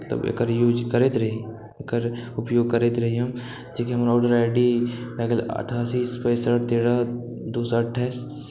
एकर use करैत रही एकर उपयोग करैत रही हम जेकि हमर ऑलरेडी अठासी पैंसठ तेरह दू सए अठाइस